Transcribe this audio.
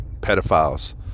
pedophiles